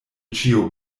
ĉio